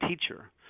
teacher